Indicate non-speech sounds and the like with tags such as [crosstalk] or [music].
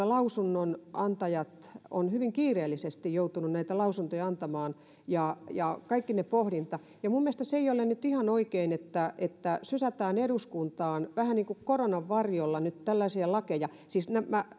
[unintelligible] lausunnonantajat ovat hyvin kiireellisesti joutuneet näitä lausuntoja antamaan ja ja kaikki se pohdinta mielestäni se ei ole nyt ihan oikein että että sysätään eduskuntaan vähän niin kuin koronan varjolla nyt tällaisia lakeja siis